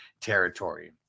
territory